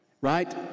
right